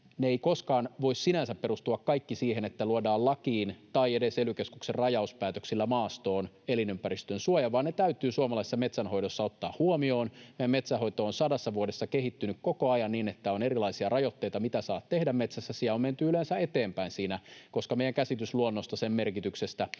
Ne eivät koskaan voi kaikki sinänsä perustua siihen, että luodaan lakiin tai edes ely-keskuksen rajauspäätöksillä maastoon elinympäristön suoja, vaan ne täytyy suomalaisessa metsänhoidossa ottaa huomioon. Meidän metsänhoito on sadassa vuodessa kehittynyt koko ajan niin, että on erilaisia rajoitteita, mitä saa tehdä metsässä. Siellä on menty yleensä eteenpäin siinä, koska meidän käsitys luonnosta ja sen merkityksestä